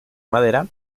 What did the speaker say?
madera